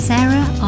Sarah